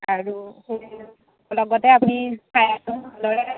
আৰু লগতে আমি